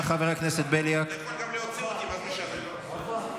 ומותר לקרוא קריאות ביניים באולם.